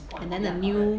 and then the new